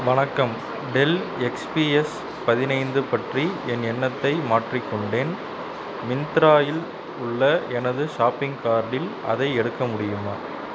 வணக்கம் Dell XPS பதினைந்து பற்றி என் எண்ணத்தை மாற்றிக்கொண்டேன் மிந்த்ராயில் உள்ள எனது ஷாப்பிங் கார்டில் அதை எடுக்க முடியுமா